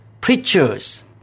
preachers